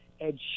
Ed